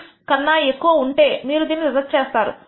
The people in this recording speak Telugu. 96 కన్నా ఎక్కువ ఉంటే మీరు దీనిని రిజెక్ట్ చేస్తారు ఒకవేళ ఇది 1